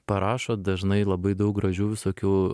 parašo dažnai labai daug gražių visokių